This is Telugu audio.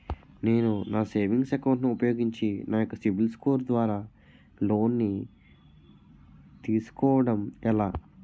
నేను నా సేవింగ్స్ అకౌంట్ ను ఉపయోగించి నా యెక్క సిబిల్ స్కోర్ ద్వారా లోన్తీ సుకోవడం ఎలా?